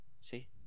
See